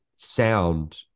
Sound